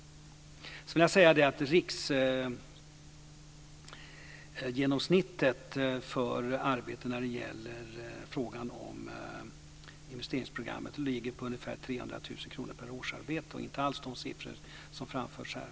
Sedan skulle jag vilja säga att riksgenomsnittet för arbetena i fråga om investeringsprogrammen ligger på ungefär 300 000 kr per årsarbete, inte alls de siffror som framförs här.